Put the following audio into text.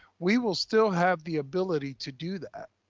we will still have the ability to do that.